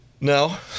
No